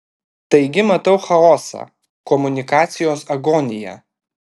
taigi matau chaosą komunikacijos agoniją